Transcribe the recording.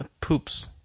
Poops